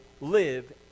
live